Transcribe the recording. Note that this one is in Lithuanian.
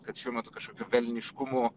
kad šiuo metu kažkokių velniškumų